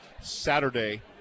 Saturday